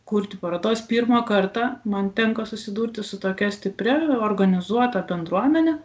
kurti parodos pirmą kartą man tenka susidurti su tokia stipria organizuota bendruomene